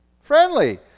Friendly